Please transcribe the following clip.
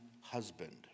husband